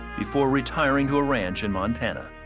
before retiring to a ranch in montana.